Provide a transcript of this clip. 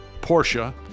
Porsche